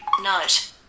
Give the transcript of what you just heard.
Note